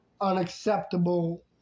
unacceptable